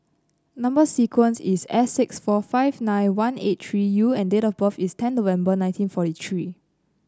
number sequence is S six four five nine one eight three U and date of birth is ten November nineteen forty three